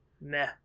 Meh